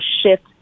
shift